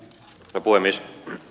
herra puhemies